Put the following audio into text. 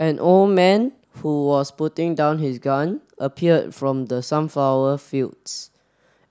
an old man who was putting down his gun appeared from the sunflower fields